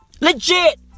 Legit